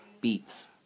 beats